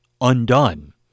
undone